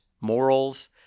morals